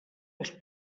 els